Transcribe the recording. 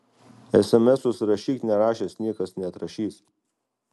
esemesus rašyk nerašęs niekas neatrašys